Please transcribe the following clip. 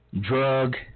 drug